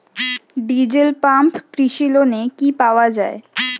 Diesel pump কৃষি লোনে কি পাওয়া য়ায়?